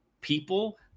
people